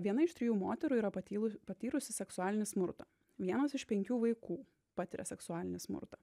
viena iš trijų moterų yra patylu patyrusi seksualinį smurtą vienas iš penkių vaikų patiria seksualinį smurtą